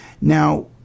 Now